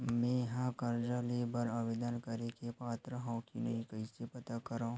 मेंहा कर्जा ले बर आवेदन करे के पात्र हव की नहीं कइसे पता करव?